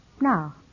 Now